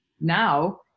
now